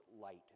light